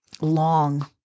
long